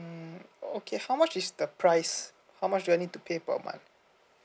mm okay how much is the price how much do I need to pay per month